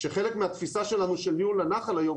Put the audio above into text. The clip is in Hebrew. שחלק מהתפיסה שלנו של ניהול הנחל היום,